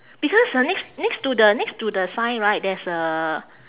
because uh next next to the next to the sign right there's a